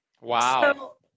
Wow